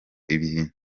ibintu